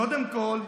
קודם כול,